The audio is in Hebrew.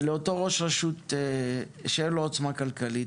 אותו ראש רשות שאין לו עוצמה כלכלית,